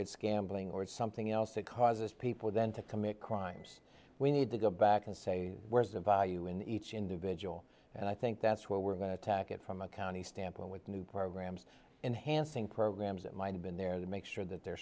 it's gambling or it's something else that causes people then to commit crimes we need to go back and say where is the value in each individual and i think that's where we're going to tack it from a county standpoint with new programs enhancing programs that might have been there to make sure that they're